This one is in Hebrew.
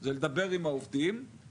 זה לדבר עם העובדים,